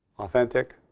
authentic.